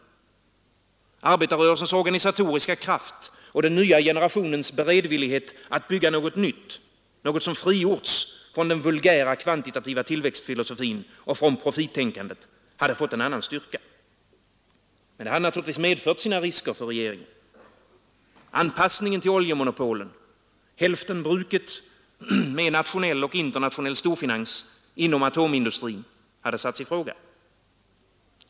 Arbetarrörelsens organisatoriska kraft och den nya generationens beredvillighet att bygga något nytt, något som frigjorts från den vulgära kvantitativa tillväxtfilosofin och från profittänkandet, hade fått en annan styrka. Men det hade naturligtvis medfört sina risker för regeringen. Anpassningen till oljemonopolen, hälftenbruket med nationell och internationell storfinans inom atomindustrin hade satts i fråga.